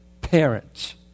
Parents